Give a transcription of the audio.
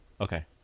Okay